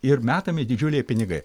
ir metami didžiuliai pinigai